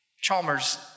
Chalmers